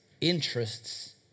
interests